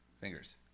Fingers